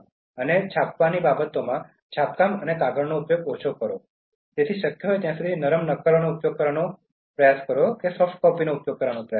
અને છાપવાની બાબતમાં છાપકામ અને કાગળનો ઉપયોગ ઓછો કરો તેથી શક્ય ત્યાં સુધી સોફ્ટ કોપીનો ઉપયોગ કરવાનો પ્રયાસ કરો